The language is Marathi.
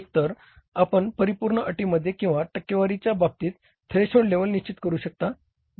एकतर आपण परिपूर्ण अटींमध्ये किंवा टक्केवारीच्या बाबतीत थ्रेशोल्ड लेव्हल निश्चित करू शकता